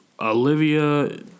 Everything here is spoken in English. Olivia